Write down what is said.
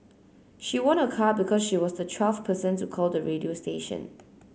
she won a car because she was the twelfth person to call the radio station